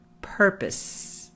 purpose